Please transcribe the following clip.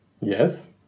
yes